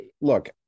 Look